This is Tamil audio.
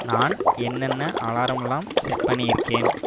நான் என்னென்ன அலாரம் எல்லாம் செட் பண்ணி இருக்கேன்